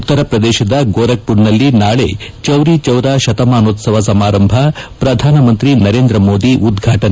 ಉತ್ತರ ಪ್ರದೇಶದ ಗೋರಖ್ಪುರದಲ್ಲಿ ನಾಳೆ ಚೌರಿ ಚೌರ ಶತಮಾನೋತ್ಸವ ಸಮಾರಂಭ ಪ್ರಧಾನಮಂತ್ರಿ ನರೇಂದ್ರ ಮೋದಿ ಉದ್ಘಾಟನೆ